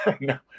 No